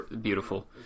beautiful